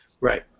Right